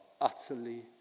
utterly